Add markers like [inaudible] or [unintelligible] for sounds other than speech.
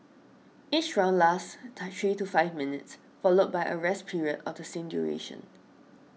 each round lasts [unintelligible] three to five minutes followed by a rest period of the same duration